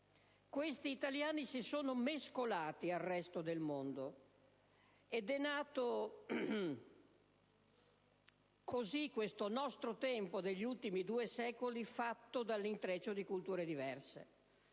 Questi italiani si sono mescolati al resto del mondo, ed è nato così questo nostro tempo degli ultimi due secoli, fatto dall'intreccio di culture diverse.